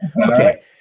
Okay